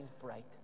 bright